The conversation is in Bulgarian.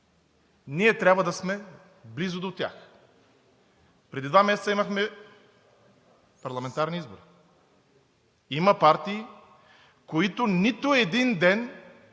ние трябва да сме близо до тях.“ Преди два месеца имахме парламентарни избори. Има партии, които нито един ден,